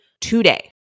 today